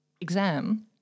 exam